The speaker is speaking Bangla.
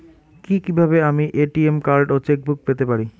কি কিভাবে আমি এ.টি.এম কার্ড ও চেক বুক পেতে পারি?